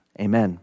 amen